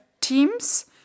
Teams